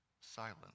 silent